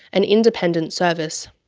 an independent service.